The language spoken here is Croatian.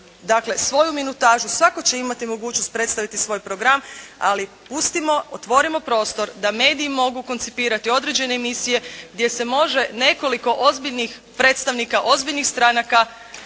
dakle, svoju minutažu, svatko će imati mogućnost predstaviti svoj program, ali pustimo, otvorimo prostor da mediji mogu koncipirati određene emisije gdje se može nekoliko ozbiljnih predstavnika, ozbiljnih stranaka